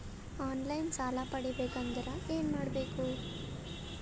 On line ಸಾಲ ಪಡಿಬೇಕಂದರ ಏನಮಾಡಬೇಕು?